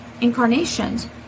incarnations